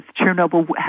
Chernobyl